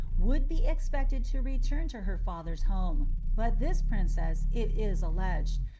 would be expected to return to her father's home but this princess, it is alleged,